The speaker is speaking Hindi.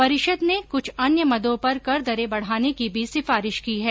परिषद् ने कुछ अन्य मदों पर कर दरे बढ़ाने की भी सिफारिश की है